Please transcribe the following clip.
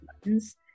buttons